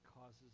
causes